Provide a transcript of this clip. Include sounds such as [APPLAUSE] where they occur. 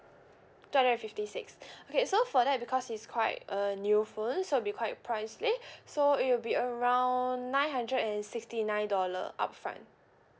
two hundred and fifty six [BREATH] okay so for that because it's quite a new phone so it'll be quite pricey so it will be around nine hundred and sixty nine dollar upfront